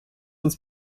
uns